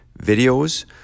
videos